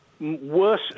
worse